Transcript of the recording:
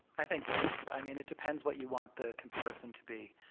i think both. i mean, it depends what you want the comparison to be.